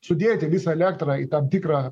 sudėti visą elektrą į tam tikrą